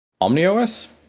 OmniOS